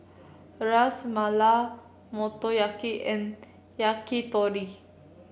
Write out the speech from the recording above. Ras Malai Motoyaki and Yakitori